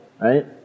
right